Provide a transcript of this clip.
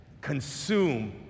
consume